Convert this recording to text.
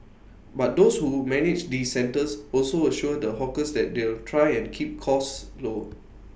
but those who manage these centres also assure the hawkers that they'll try and keep costs low